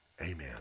Amen